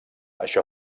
això